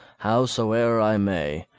howsoe'er i may,